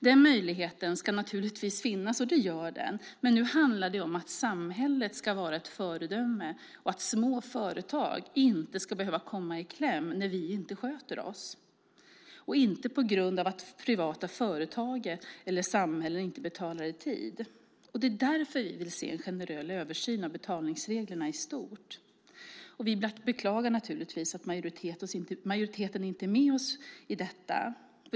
Den möjligheten ska naturligtvis finnas - och det gör den - men nu handlar det om att samhället ska vara ett föredöme och att små företag inte ska behöva komma i kläm när andra inte sköter sig, och inte på grund av att privata företag eller samhället inte betalar i tid. Det är därför vi vill se en generell översyn av betalningsreglerna. Vi beklagar naturligtvis att majoriteten inte är med oss i detta.